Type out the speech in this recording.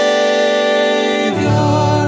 Savior